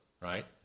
right